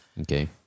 Okay